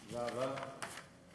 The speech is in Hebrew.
תודה רבה.